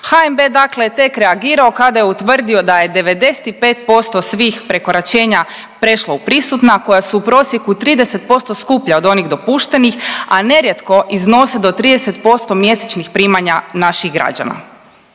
je dakle tek reagirao kada je utvrdio da je 95% svih prekoračenja prešlo u prisutna koja su u prosjeku 30% skuplja od onih dopuštenih, a nerijetko iznose do 30% mjesečnih primanja naših građana.